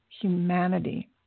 humanity